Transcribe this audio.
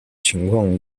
情况